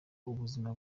ubuzima